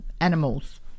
animals